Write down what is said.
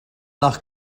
nach